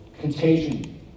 contagion